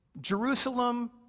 Jerusalem